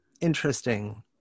interesting